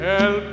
el